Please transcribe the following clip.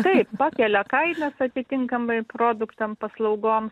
taip pakelia kainas atitinkamai produktam paslaugom